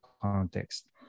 context